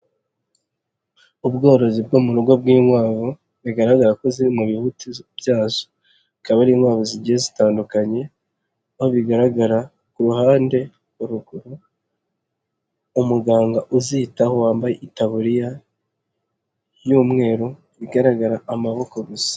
Ubworozi bwo mu rugo bw'inkwavu bigaragara ko ziri mu bibuti byazo, hakaba ari inkwavu zigiye zitandukanye, bigaragara ku ruhande ruguru umuganga uzitaho wambaye itaburiya y'umweru igaragara amaboko gusa.